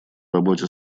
работе